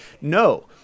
no